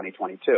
2022